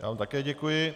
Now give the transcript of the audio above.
Já vám také děkuji.